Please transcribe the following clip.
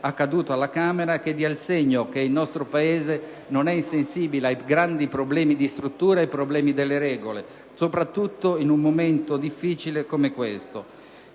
accaduto alla Camera, che dia il segno che il nostro Paese non è insensibile ai grandi problemi di struttura, ai problemi delle regole, soprattutto in un momento difficile come quello